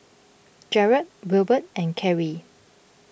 Jarod Wilbert and Kerri